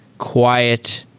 quiet,